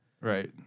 Right